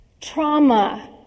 Trauma